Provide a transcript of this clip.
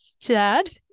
Dad